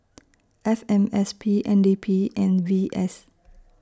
F M S P N D P and V S